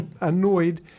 annoyed